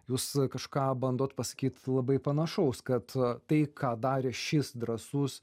jūs kažką bandot pasakyt labai panašaus kad tai ką darė šis drąsus